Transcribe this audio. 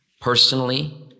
personally